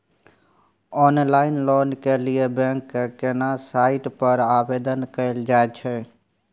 Online loan के लिए bank के केना साइट पर आवेदन कैल जाए छै?